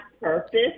purpose